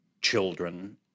children